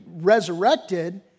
resurrected